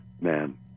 man